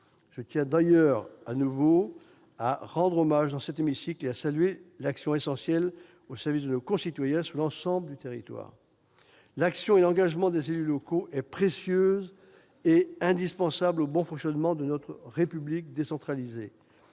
Je tiens d'ailleurs de nouveau à leur rendre hommage dans cet hémicycle et à saluer leur action essentielle au service de nos concitoyens sur l'ensemble du territoire. L'action et l'engagement des élus locaux sont précieux et indispensables au bon fonctionnement de notre République décentralisée.